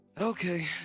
Okay